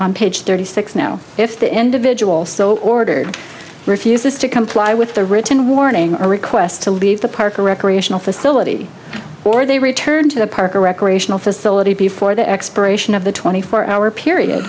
on page thirty six now if the individual so ordered refuses to comply with the written warning or request to leave the park or recreational facility or they return to the park or recreational facility before the expiration of the twenty four hour period